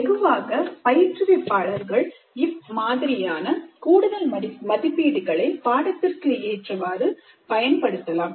வெகுவாக பயிற்றுவிப்பாளர்கள் இம்மாதிரியான கூடுதல் மதிப்பீடுகளை பாடத்திற்கு ஏற்றவாறு பயன்படுத்தலாம்